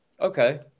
Okay